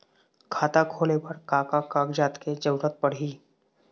खाता खोले बर का का कागजात के जरूरत पड़ही?